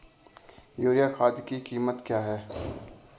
Urea खाद की कीमत क्या है?